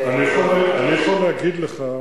אני יכול להגיד לך,